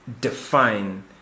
define